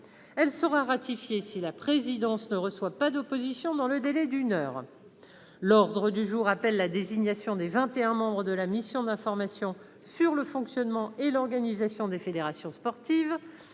Elle sera ratifiée si la présidence ne reçoit pas d'opposition dans le délai d'une heure. L'ordre du jour appelle la désignation des vingt et un membres de la mission d'information sur le fonctionnement et l'organisation des fédérations sportives.